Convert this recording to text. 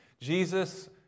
Jesus